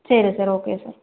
சரி sir okay sir